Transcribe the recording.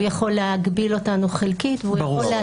הוא יכול להגביל אותנו חלקית והוא יכול לאשר.